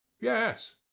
Yes